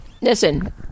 Listen